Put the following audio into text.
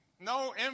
no